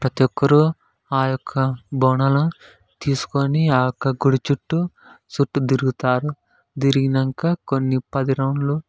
ప్రతిఒక్కరూ ఆ యొక్క బోనాలని తీసుకుని ఆ యొక్క గుడి చుట్టూ చుట్టూ తిరుగుతారు తిరిగినాక కొన్ని పది రౌండ్లు